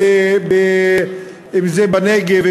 אם בנגב,